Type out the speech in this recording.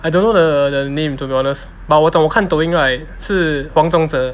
I don't know the the name to be honest but 我懂我看抖音 right 是黄宗泽